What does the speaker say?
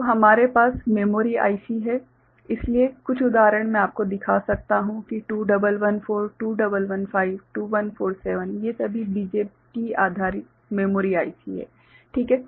तो हमारे पास मेमोरी आईसी है इसलिए कुछ उदाहरण मैं आपको दिखा सकता हूं कि 2114 2115 2147 ये सभी BJT आधारित मेमोरी ICs हैं ठीक है